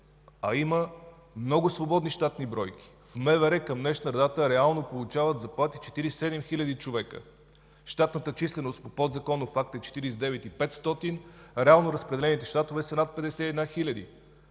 а има много свободни щатни бройки. В МВР към днешна дата реално получават заплати 47 хил. човека. Щатната численост по подзаконов акт е 49 хил. 500. Реално разпределените щатове са над 51